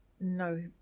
no